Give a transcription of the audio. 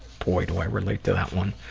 boy, do i relate to that one.